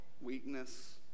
weakness